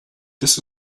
this